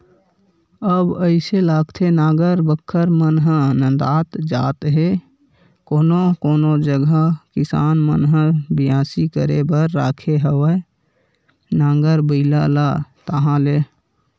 अब अइसे लागथे नांगर बखर मन ह नंदात जात हे कोनो कोनो जगा किसान मन ह बियासी करे बर राखे हवय नांगर बइला ला ताहले